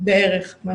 בערך.